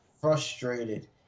frustrated